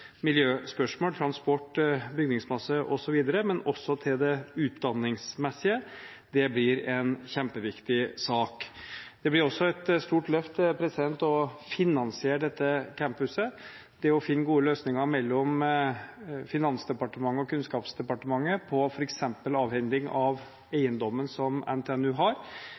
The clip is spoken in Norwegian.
miljøspørsmål, transport, bygningsmasse, osv., men også til det utdanningsmessige. Det blir en kjempeviktig sak. Det blir også et stort løft å finansiere denne campusen. Å finne gode løsninger mellom Finansdepartementet og Kunnskapsdepartementet på f.eks. avhending av eiendommen som NTNU har,